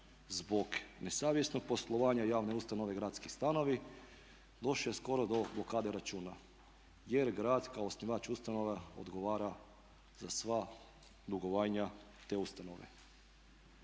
zbog nesavjesnog poslovanja javne ustanove Gradski stanovi došao je skoro do blokade računa, jer grad kao osnivač ustanova odgovara za sva dugovanja te ustanove.